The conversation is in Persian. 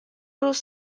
روز